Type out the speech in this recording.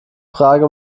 frage